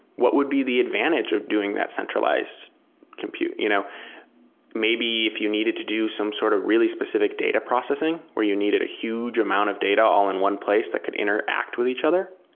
what would be the advantage of doing that centralized compute? you know maybe if you needed to do some sort of really specific data processing where you needed a huge amount of data all in one place that could interact with each other.